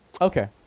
Okay